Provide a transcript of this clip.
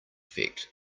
effect